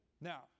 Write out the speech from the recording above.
Now